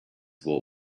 were